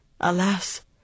Alas